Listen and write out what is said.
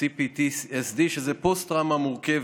האבחנהC-PTSD , שזו פוסט-טראומה מורכבת.